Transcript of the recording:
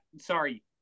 sorry